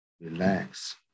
relax